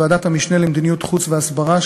בוועדת המשנה למדיניות חוץ והסברה,